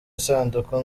isanduku